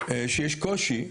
שיש קושי,